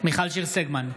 מיכל שיר סגמן,